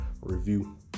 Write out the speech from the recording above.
review